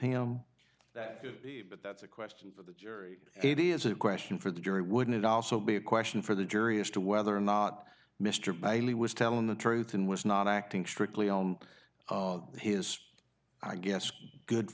that but that's a question for the jury it is a question for the jury wouldn't it also be a question for the jury as to whether or not mr bailey was telling the truth and was not acting strictly on his i guess good